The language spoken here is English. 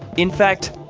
in fact,